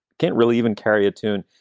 can't really even carry a tune.